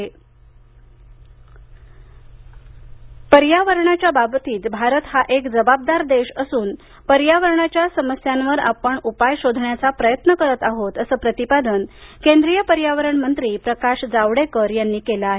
Paris पर्यावरणाच्या बाबतीत भारत हा एक जबाबदार देश असून पर्यावरणाच्या समस्यावर आपण उपाय शोधण्याचा प्रयत्न करत आहोत अस प्रतिपादन केंद्रीय पर्यावरण मंत्री प्रकाश जावडेकर यांनी केलं आहे